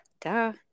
Duh